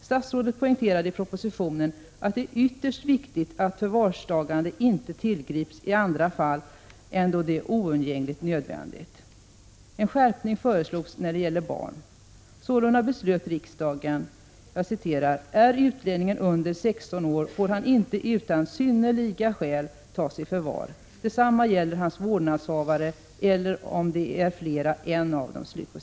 Statsrådet poängterade i propositionen att det var ytterst viktigt att förvarstagande inte tillgreps i andra fall än då det var oundgängligen nödvändigt. En skärpning föreslogs i fråga om barn. Sålunda beslöt riksdagen: ”Är utlänningen under 16 år, får han inte utan synnerliga skäl tas i förvar. Detsamma gäller hans vårdnadshavare eller om de är flera, en av dem”.